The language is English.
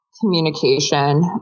communication